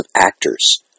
actors